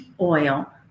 oil